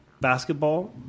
basketball